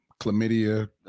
chlamydia